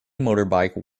motorbike